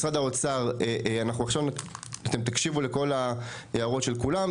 משרד האוצר, אתם עכשיו תקשיבו לכל ההערות של כולם.